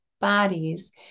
bodies